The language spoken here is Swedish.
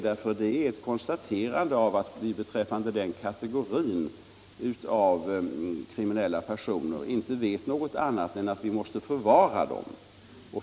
Det är ett konstaterande att vi beträffande den här kategorin kriminella personer inte vet någonting annat än att vi måste förvara dem.